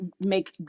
make